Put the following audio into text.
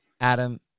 Adam